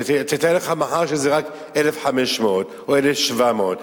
תאר לך שמחר זה רק 1,500 או 1,700,